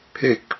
Pick